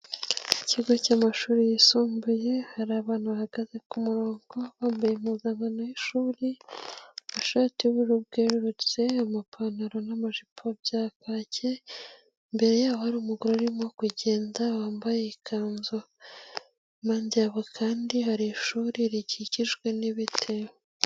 Ikigo cy'amashuri yisumbuye hari abantu bahagaze ku murongo bambaye impuzankano y'shuri, ishati y'uburu bwerurutse amapantaro n'amajipo bya kaki, imbere yaho hari umugore urimo kugenda wambaye ikanzu yondeba kandi hari ishuri rikikijwe n'ibitero.